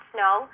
Snow